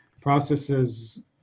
processes